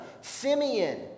Simeon